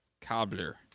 Cobbler